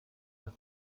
das